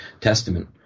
testament